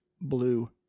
blue